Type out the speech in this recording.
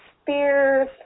spears